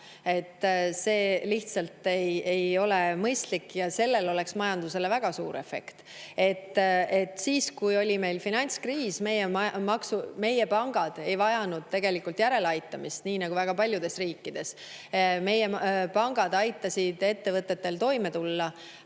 See lihtsalt ei ole mõistlik ja sellel oleks majandusele väga suur efekt. Kui meil oli finantskriis, siis meie pangad ei vajanud tegelikult järeleaitamist, nii nagu väga paljudes riikides. Meie pangad aitasid ettevõtetel toime tulla